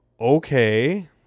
okay